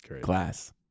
Glass